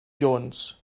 jones